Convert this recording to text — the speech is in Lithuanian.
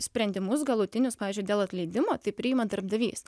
sprendimus galutinius pavyzdžiui dėl atleidimo tai priima darbdavys